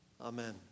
Amen